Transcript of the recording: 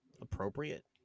appropriate